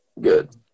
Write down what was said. good